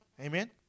Amen